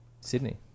Sydney